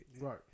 Right